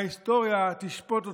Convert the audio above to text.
ההיסטוריה תשפוט אותו.